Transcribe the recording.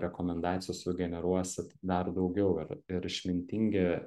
rekomendacijų sugeneruosit dar daugiau ir ir išmintingi